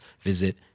visit